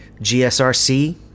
GSRC